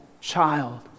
child